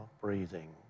breathing